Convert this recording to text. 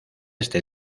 este